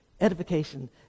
edification